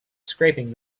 scraping